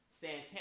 Santana